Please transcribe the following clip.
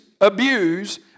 abuse